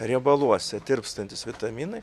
riebaluose tirpstantys vitaminai